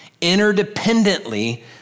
interdependently